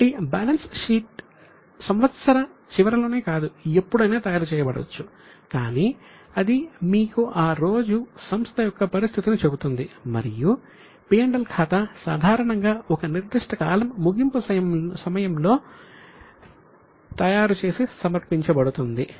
కాబట్టి balance sheet సంవత్సర చివరలోనే కాదు ఎప్పుడైనా తయారుచేయబడవచ్చు కానీ అది మీకు ఆ రోజు సంస్థ యొక్క పరిస్థితిని చెబుతుంది మరియు P L ఖాతా సాధారణంగా ఒక నిర్దిష్ట కాలం ముగింపు సమయంలో తయారు చేసి సమర్పించబడుతుంది